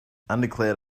undeclared